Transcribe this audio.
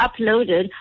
uploaded